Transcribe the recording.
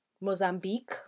Mozambique